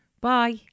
Bye